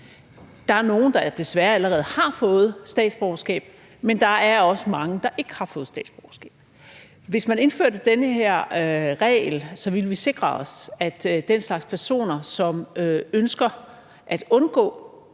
Der er nogle, der desværre allerede har fået statsborgerskab, men der er også mange, der ikke har fået statsborgerskab. Hvis man indførte den her regel, ville vi sikre os, at den slags personer, som ønsker at undgå